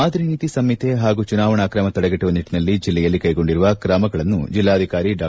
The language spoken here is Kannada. ಮಾದರಿ ನೀತಿ ಸಂಹಿತೆ ಹಾಗೂ ಚುನಾವಣಾ ಅಕ್ರಮ ತಡೆಗಟ್ಟುವ ನಿಟ್ಟನಲ್ಲಿ ಜಿಲ್ಲೆಯಲ್ಲಿ ಕೈಗೊಂಡಿರುವ ಕ್ರಮಗಳನ್ನು ಜಿಲ್ಲಾಧಿಕಾರಿ ಡಾ